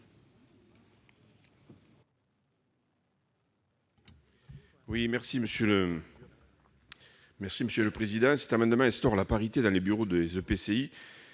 Merci